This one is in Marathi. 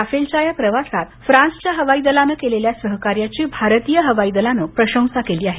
राफेलच्या या प्रवासात फ्रान्सच्या हवाई दलानं केलेल्या सहकार्याची भारतीय हवाई दलानं प्रशंसा केली आहे